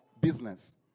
business